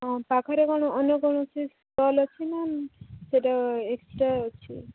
ହଁ ପାଖରେ କ'ଣ ଅନ୍ୟ କୌଣସି ଷ୍ଟଲ୍ ଅଛି ନା ସେଇଟା ଏକା ଅଛି